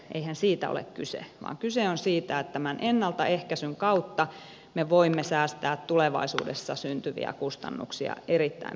eihän siitä ole kyse vaan siitä että tämän ennaltaehkäisyn kautta me voimme säästää tulevaisuudessa syntyviä kustannuksia erittäin merkittävällä tavalla